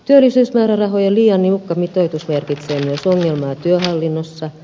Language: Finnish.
työllisyysmäärärahojen liian niukka mitoitus merkitsee myös ongelmaa työhallinnossa